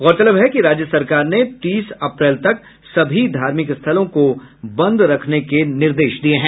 गौरतलब है कि राज्य सरकार ने तीस अप्रैल तक सभी धार्मिक स्थलों को बंद रखने के निर्देश दिये हैं